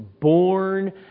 born